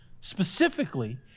Specifically